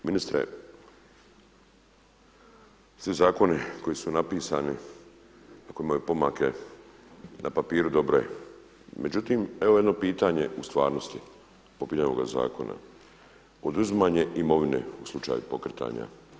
Ministre, svi zakoni koji su napisani a koji imaju pomake na papiru dobro je, međutim evo jedno pitanje u stvarnosti po pitanju ovog zakona, oduzimanje imovine u slučaju pokretanja.